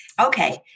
Okay